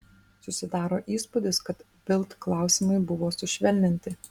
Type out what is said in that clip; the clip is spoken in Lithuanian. susidaro įspūdis kad bild klausimai buvo sušvelninti